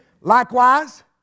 Likewise